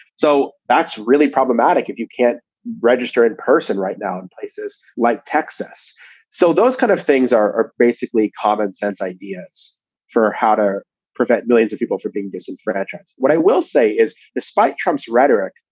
so that's really problematic if you can't register in person right now in places like texas so those kind of things are basically common sense ideas for how to prevent millions of people from being disenfranchised what i will say is, despite trump's rhetoric,